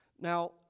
Now